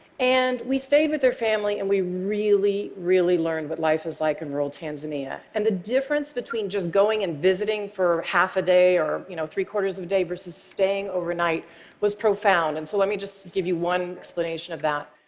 and we stayed with their family, and we really, really learned what life is like in rural tanzania. and the difference between just going and visiting for half a day or you know three quarters of a day versus staying overnight was profound, and so let me just give you one explanation of that.